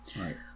Right